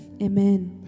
Amen